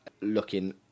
looking